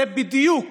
זה בדיוק